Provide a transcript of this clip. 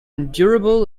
endurable